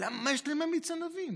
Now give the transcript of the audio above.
מה יש להם ממיץ ענבים?